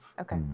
Okay